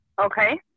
Okay